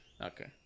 Okay